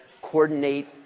coordinate